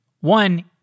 One